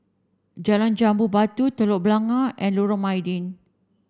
Jalan Jambu Batu Telok Blangah and Lorong Mydin